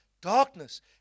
darkness